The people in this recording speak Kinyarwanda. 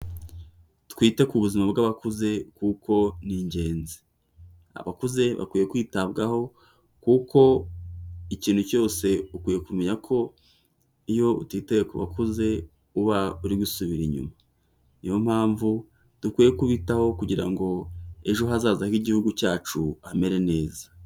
Twite ku buzima bw'abakuze kuko ni ingenzi, abakuze bakwiye kwitabwaho kuko ikintu cyose ukwiye kumenya ko iyo utitaye ku bakuze uba uri gusubira inyuma, niyo mpamvu dukwiye kubitaho kugira ngo ejo hazaza h'igihugu cyacu hamere neza.